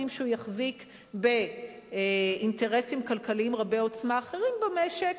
שהוא יחזיק באינטרסים כלכליים רבי-עוצמה אחרים במשק,